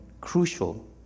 crucial